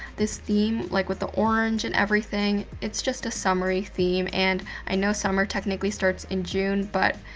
this theme, like with the orange and everything its just a summery theme. and i know summer technically starts in june but,